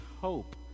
hope